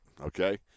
okay